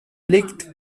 blickt